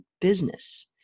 business